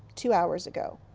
two hours ago.